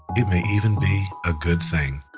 it may even be a good thing